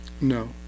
No